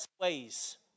ways